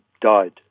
died